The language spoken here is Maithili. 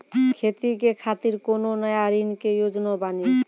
खेती के खातिर कोनो नया ऋण के योजना बानी?